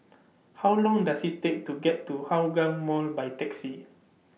How Long Does IT Take to get to Hougang Mall By Taxi